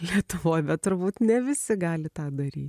lietuvoj bet turbūt ne visi gali tą dary